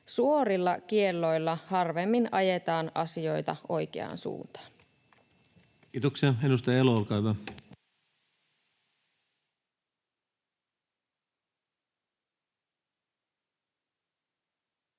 Suorilla kielloilla harvemmin ajetaan asioita oikeaan suuntaan. Kiitoksia. — Edustaja Elo, olkaa hyvä.